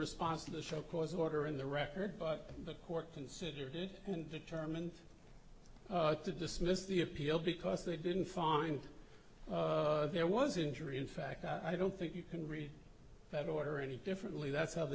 response to the show cause order in the record but the court considered it and determined to dismiss the appeal because they didn't find there was injury in fact i don't think you can read that order any differently that's how